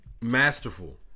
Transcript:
Masterful